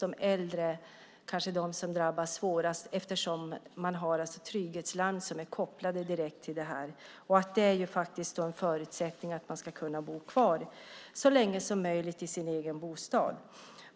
de äldre kanske svårast drabbade, eftersom de har trygghetslarm som är kopplade direkt till telefonen, och det är en förutsättning för att de ska kunna bo kvar så länge som möjligt i sin egen bostad.